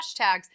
hashtags